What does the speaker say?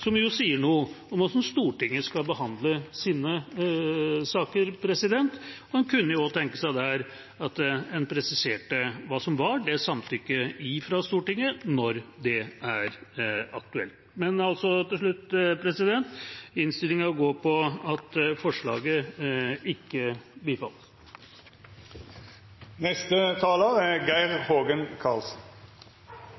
som jo sier noe om hvordan Stortinget skal behandle sine saker. En kunne jo også tenke seg der at en presiserte hva som var samtykket fra Stortinget når det er aktuelt. Men altså, til slutt: Innstillinga går på at forslaget ikke